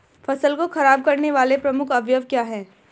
फसल को खराब करने वाले प्रमुख अवयव क्या है?